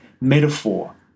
metaphor